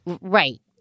Right